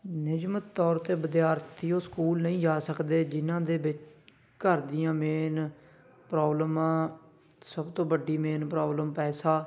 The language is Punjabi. ਨਿਯਮਤ ਤੌਰ 'ਤੇ ਵਿਦਿਆਰਥੀ ਉਹ ਸਕੂਲ ਨਹੀਂ ਜਾ ਸਕਦੇ ਜਿਨ੍ਹਾਂ ਦੇ ਵਿ ਘਰ ਦੀਆਂ ਮੇਨ ਪ੍ਰੋਬਲਮਾਂ ਸਭ ਤੋਂ ਵੱਡੀ ਮੇਨ ਪ੍ਰੋਬਲਮ ਪੈਸਾ